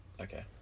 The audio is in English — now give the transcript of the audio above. Okay